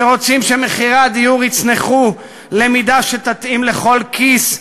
שרוצים שמחירי הדיור יצנחו למידה שתתאים לכל כיס,